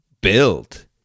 build